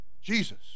Jesus